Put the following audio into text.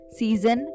season